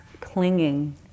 clinging